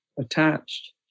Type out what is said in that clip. attached